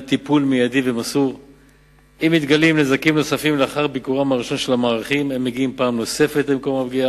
נציגי מס רכוש אמורים להגיע לעסק שנפגע עד שבועיים מיום הפגיעה.